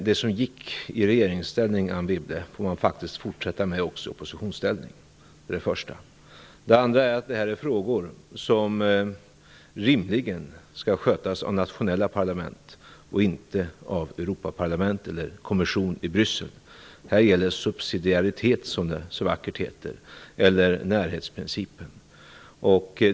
Det som gick att göra i regeringsställning, Anne Wibble, får man faktiskt fortsätta med också i oppositionsställning. Det var det första svaret. Det andra är att dessa frågor rimligen skall skötas av nationella parlament, inte av Europaparlamentet eller av kommissionen i Bryssel. Här gäller subsidiaritet, som det så vackert heter, eller närhetsprincipen.